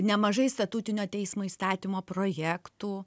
nemažai statutinio teismo įstatymo projektų